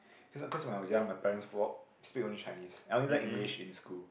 cause cause when I was young my parents speak only Chinese I only learn English in school